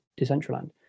Decentraland